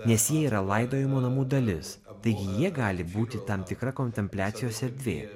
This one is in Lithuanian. nes jie yra laidojimo namų dalis taigi jie gali būti tam tikra kontempliacijos erdvė